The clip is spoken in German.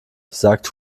sagt